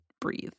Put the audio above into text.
Breathe